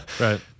Right